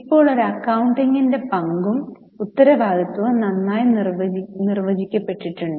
ഇപ്പോൾ ഒരു അക്കൌണ്ടന്റിന്റെ പങ്കും ഉത്തരവാദിത്തവും നന്നായി നിർവചിക്കപ്പെട്ടിട്ടുണ്ട്